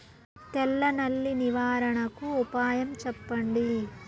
తెల్ల నల్లి నివారణకు ఉపాయం చెప్పండి?